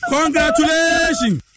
Congratulations